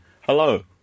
hello